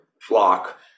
flock